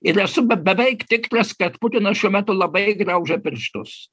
ir esu be beveik tikras kad putinas šiuo metu labai graužia pirštus